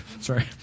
Sorry